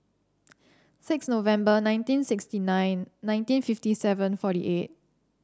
six November nineteen sixty nine nineteen fifty seven forty eight